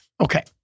Okay